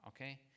okay